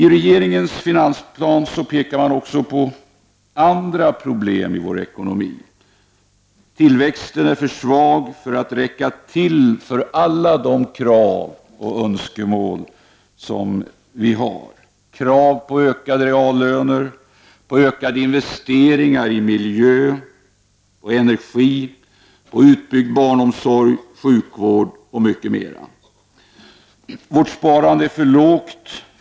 I regeringens finansplan pekas också på andra problem i vår ekonomi. Tillväxten är för svag för att räcka till för alla de krav och önskemål som finns: krav på ökade reallöner, ökade investeringar i miljön, energi, utbyggd barnomsorg, sjukvård och mycket annat. Vårt sparande är för lågt.